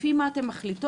לפי מה אתן מחליטות,